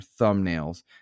thumbnails